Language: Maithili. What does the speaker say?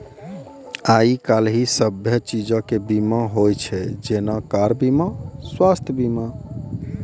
आइ काल्हि सभ्भे चीजो के बीमा होय छै जेना कार बीमा, स्वास्थ्य बीमा